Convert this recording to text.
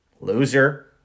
Loser